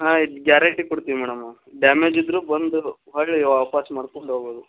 ಹಾಂ ಇದು ಗ್ಯಾರೆಂಟಿ ಕೊಡ್ತೀವಿ ಮೇಡಮ ಡ್ಯಾಮೇಜ್ ಇದ್ದರೂ ಬಂದು ಹೊರ್ಳಿ ವಾಪಸ್ಸು ಮಾಡ್ಕೊಂಡು ಹೋಗ್ಬೋದು